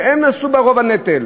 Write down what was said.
שהם נשאו ברוב הנטל.